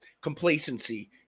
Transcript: complacency